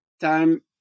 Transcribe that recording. time